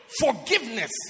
Forgiveness